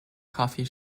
coffee